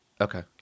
Okay